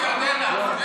תשאלי את ירדנה.